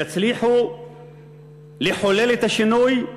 יצליחו לחולל את השינוי,